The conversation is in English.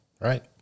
Right